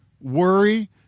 worry